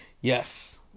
Yes